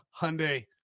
Hyundai